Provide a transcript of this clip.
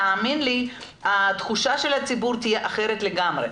תאמין לי שהתחושה של הציבור תהיה אחרת לגמרי.